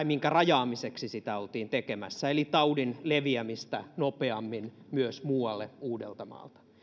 minkä rajaamiseksi sitä oltiin tekemässä eli taudin leviämistä nopeammin myös muualle uudeltamaalta